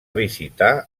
visitar